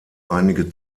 einige